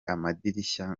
amadirishya